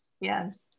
yes